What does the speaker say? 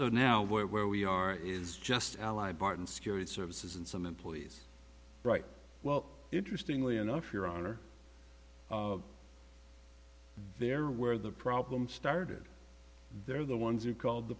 so now we're where we are is just allied barton security services and some employees right well interestingly enough your honor there where the problem started they're the ones who called the